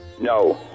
No